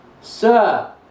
sir